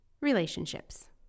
Relationships